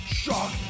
shock